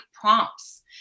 prompts